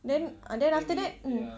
then ah then after that mm